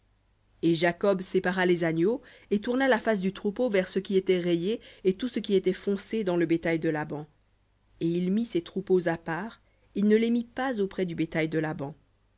et jacob sépara les agneaux et tourna la face du troupeau vers ce qui était rayé et tout ce qui était foncé dans le bétail de laban et il mit ses troupeaux à part et ne les mit pas auprès du bétail de laban